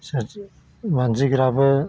मानजिग्राबो